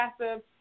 passive